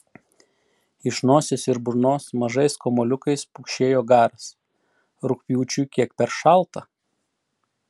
iš nosies ir burnos mažais kamuoliukais pukšėjo garas rugpjūčiui kiek per šalta